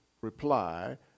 reply